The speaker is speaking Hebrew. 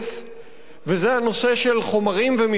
וזה הנושא של חומרים ומפעלים מסוכנים.